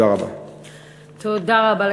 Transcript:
תודה רבה.